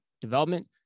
Development